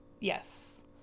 Yes